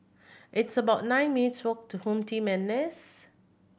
it's about nine minutes' walk to HomeTeam N S